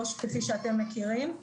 או כפי שאתם מכירים,